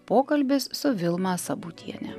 pokalbis su vilma sabutiene